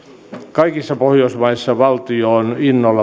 kaikissa pohjoismaissa valtio on innolla